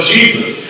Jesus